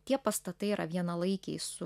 tie pastatai yra vienalaikiai su